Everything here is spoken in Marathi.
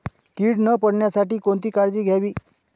कीड न पडण्यासाठी कोणती काळजी घ्यावी?